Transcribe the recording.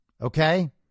okay